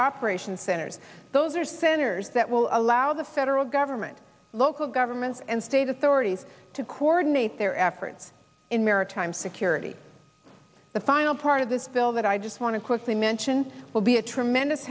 operation centers those are centers that will allow the federal government local governments and state authorities to coordinate their efforts in maritime security the final part of this bill that i just want to quickly mention will be a tremendous